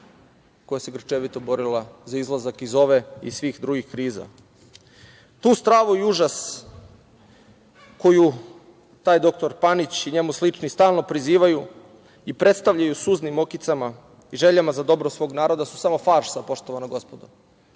koja se grčevito borila za izlazak iz ove i iz svih drugih kriza. Tu stravu i užas koju taj doktor Panić i njemu slični stalno prizivaju i predstavljaju suznim okicama i željama za dobro svog narod su samo farsa, poštovana gospodo,